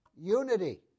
Unity